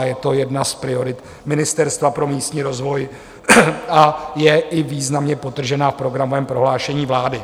Je to jedna z priorit Ministerstva pro místní rozvoj a je i významně podtržená v programovém prohlášení vlády